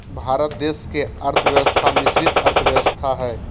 भारत देश के अर्थव्यवस्था मिश्रित अर्थव्यवस्था हइ